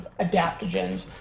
adaptogens